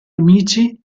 amici